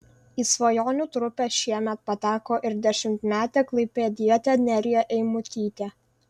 į svajonių trupę šiemet pateko ir dešimtmetė klaipėdietė nerija eimutytė